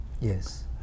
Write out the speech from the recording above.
yes